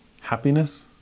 Happiness